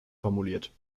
formuliert